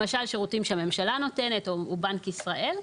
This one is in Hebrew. למשל: שירותים שהממשלה או בנק ישראל נותנים.